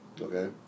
okay